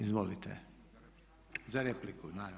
Izvolite za repliku.